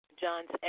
John's